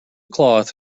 cloth